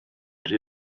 rhy